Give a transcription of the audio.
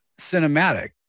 cinematic